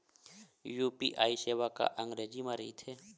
UPI सेवा का अंग्रेजी मा रहीथे?